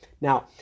Now